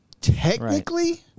technically –